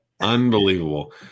Unbelievable